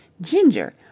Ginger